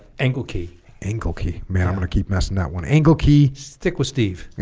ankle key ankle key man i'm gonna keep messing that one angle key stick with steve